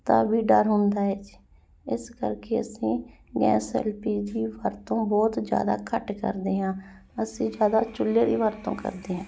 ਦਾ ਵੀ ਡਰ ਹੁੰਦਾ ਹੈ ਜੀ ਇਸ ਕਰਕੇ ਅਸੀਂ ਗੈਸ ਐੱਲ ਪੀ ਜੀ ਵਰਤੋਂ ਬਹੁਤ ਜ਼ਿਆਦਾ ਘੱਟ ਕਰਦੇ ਹਾਂ ਅਸੀਂ ਜ਼ਿਆਦਾ ਚੁੱਲ੍ਹੇ ਦੀ ਵਰਤੋਂ ਕਰਦੇ ਹਾਂ